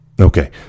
Okay